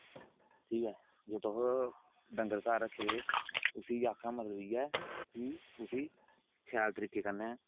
ठीक ऐ जे कर तुस डंगर घार रक्खे दे उसी आक्खने दा मतब इयै है कि उसी शैल तरिके कन्नेै